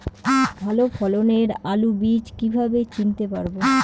ভালো ফলনের আলু বীজ কীভাবে চিনতে পারবো?